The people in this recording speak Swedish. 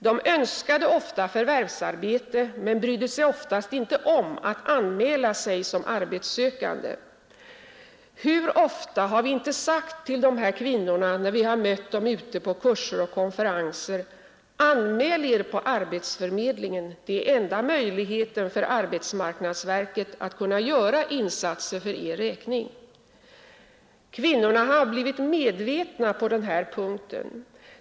De önskade ofta få förvärvsarbete men brydde sig inte om att anmäla sig som arbetssökande. Hur ofta har vi inte sagt till dessa kvinnor när vi har mött dem ute på kurser och konferenser: Anmäl er på arbetsförmedlingen — det är enda möjligheten för arbetsmarknadsverket att göra insatser för er räkning. Kvinnorna har blivit medvetna på den här punkten.